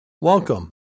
welcome